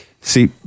See